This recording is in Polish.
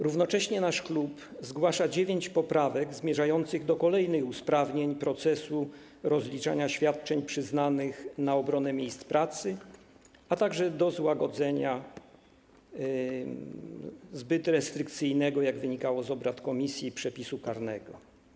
Równocześnie nasz klub zgłasza dziewięć poprawek zmierzających do kolejnych usprawnień procesu rozliczania świadczeń przyznanych na obronę miejsc pracy, a także do złagodzenia zbyt restrykcyjnego, jak wynikało z obrad komisji, przepisu karnego.